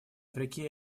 африке